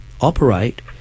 operate